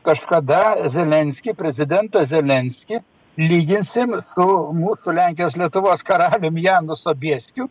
kažkada zelenskį prezidentą zelenskį lyginsim su mūsų lenkijos lietuvos karaliumi janu sobieskiu